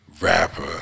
rapper